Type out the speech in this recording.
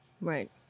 right